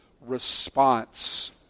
response